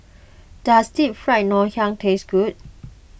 does Deep Fried Ngoh Hiang taste good